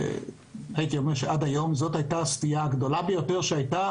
הייתי אומר שעד היום זו הייתה הסטייה הגדולה ביותר שהייתה